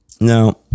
Now